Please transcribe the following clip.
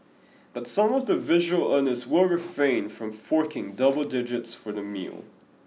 but some of the visual earners will refrain from forking double digits for the meal